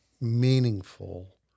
meaningful